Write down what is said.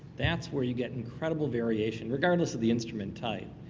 that's where you get incredible variation. regardless of the instrument type.